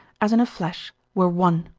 as in a flash, were one.